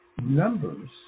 numbers